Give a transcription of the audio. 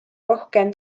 rohkem